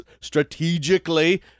strategically